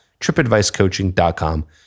tripadvicecoaching.com